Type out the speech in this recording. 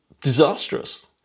disastrous